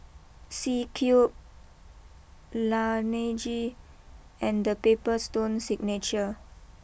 C Cube Laneige and the Paper Stone Signature